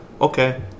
Okay